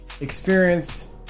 experience